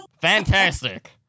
Fantastic